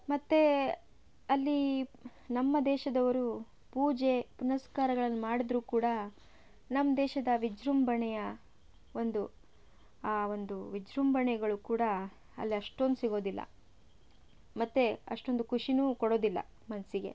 ಮತ್ತು ಅಲ್ಲಿ ನಮ್ಮ ದೇಶದವರು ಪೂಜೆ ಪುನಸ್ಕಾರಗಳನ್ನು ಮಾಡದ್ದರೂ ಕೂಡ ನಮ್ಮ ದೇಶದ ವಿಜೃಂಭಣೆಯ ಒಂದು ಆ ಒಂದು ವಿಜೃಂಭಣೆಗಳು ಕೂಡ ಅಲ್ಲಿ ಅಷ್ಟೊಂದು ಸಿಗೋದಿಲ್ಲ ಮತ್ತು ಅಷ್ಟೊಂದು ಖುಷಿನೂ ಕೊಡೋದಿಲ್ಲ ಮನಸಿಗೆ